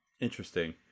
Interesting